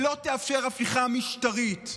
שלא תאפשר הפיכה משטרית,